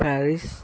Paris